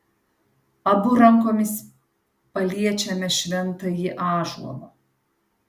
abu rankomis paliečiame šventąjį ąžuolą